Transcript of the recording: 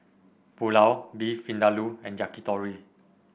Pulao Beef Vindaloo and Yakitori